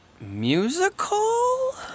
musical